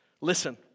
Listen